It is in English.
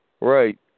Right